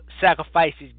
sacrifices